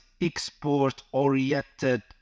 export-oriented